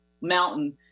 mountain